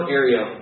area